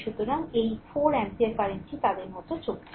সুতরাং এই 4 অ্যাম্পিয়ার কারেন্টটি তাদের মতো চলছে